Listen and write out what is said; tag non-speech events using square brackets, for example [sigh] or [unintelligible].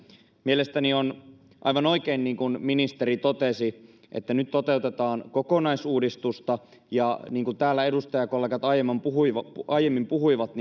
mielestäni on aivan oikein niin kuin ministeri totesi että nyt toteutetaan kokonaisuudistusta ja niin kuin täällä edustajakollegat aiemmin puhuivat aiemmin puhuivat [unintelligible]